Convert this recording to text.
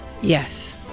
Yes